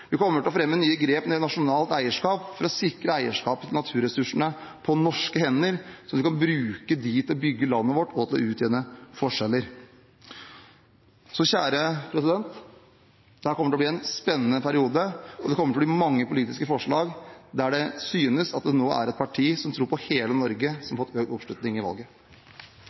Vi kommer til å fremme nye grep når det gjelder nasjonalt eierskap, for å sikre eierskapet til naturressursene på norske hender sånn at en kan bruke dem til å bygge landet vårt og til å utjevne forskjeller. Så kjære president, dette kommer til å bli en spennende periode, og det kommer til å bli mange politiske forslag der det synes at det nå er et parti som tror på hele Norge som har fått økt oppslutning i valget.